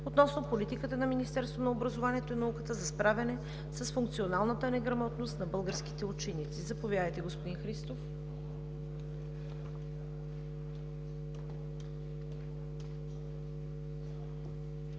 относно политиката на Министерството на образованието и науката за справяне с функционалната неграмотност на българските ученици. Заповядайте, господин Христов.